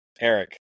Eric